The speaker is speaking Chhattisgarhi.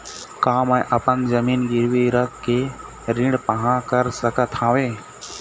का मैं अपन जमीन गिरवी रख के ऋण पाहां कर सकत हावे?